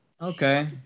Okay